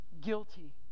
guilty